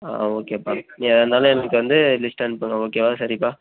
ஆ ஓகேப்பா நீ அதனால எனக்கு வந்து லிஸ்ட்டு அனுப்பணும் ஓகேவா சரிப்பா